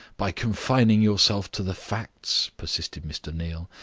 by confining yourself to the facts, persisted mr. neal,